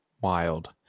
Wild